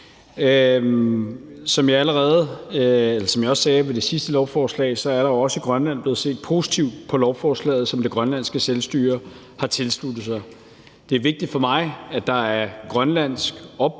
Som jeg også sagde ved det sidste lovforslag, er der også i Grønland blevet set positivt på lovforslaget, som det grønlandske selvstyre har tilsluttet sig. Det er vigtigt for mig, at der er grønlandsk opbakning